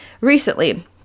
Recently